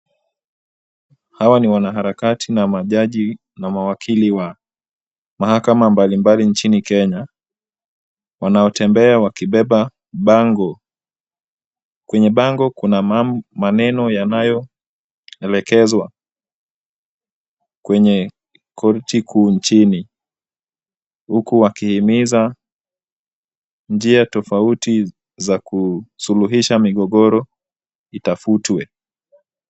Hawa ni wanaharakati na majaji na mawakili wa mahakama mbalimbali nchini Kenya wanaotembea wakibeba bango. Kwenye bango kuna maneno yanayoelekezwa kwenye korti kuu nchini, huku wakihimiza njia tofauti za kusuluhisha migogoro itafutwe.